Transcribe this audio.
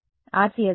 విద్యార్థి RCS